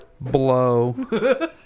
blow